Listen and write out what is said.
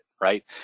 right